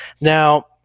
Now